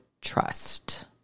trust